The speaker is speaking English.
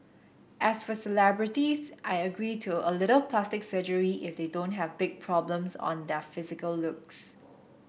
as for celebrities I agree to a little plastic surgery if they don't have big problems on their physical looks